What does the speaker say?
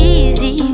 easy